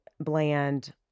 bland